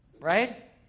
right